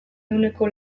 ehuneko